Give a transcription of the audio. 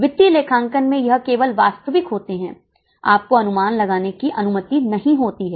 वित्तीय लेखांकन में यह केवल वास्तविक होते हैं आपको अनुमान लगाने की अनुमति नहीं होती है